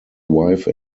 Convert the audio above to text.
wife